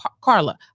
Carla